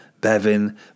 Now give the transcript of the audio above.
Bevin